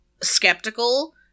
skeptical